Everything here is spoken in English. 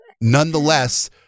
nonetheless